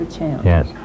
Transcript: yes